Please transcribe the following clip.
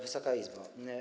Wysoka Izbo!